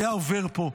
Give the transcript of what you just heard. היה עובר פה.